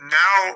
now